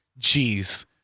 Jeez